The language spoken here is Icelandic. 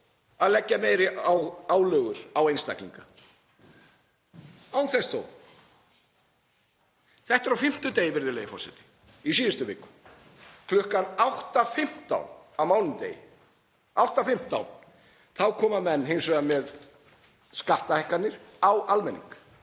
að leggja meiri álögur á einstaklinga …“ Án þess þó. Þetta er á fimmtudegi, virðulegi forseti, í síðustu viku. Kl. 8:15 á mánudegi þá koma menn hins vegar með skattahækkanir á almenning.